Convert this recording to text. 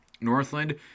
Northland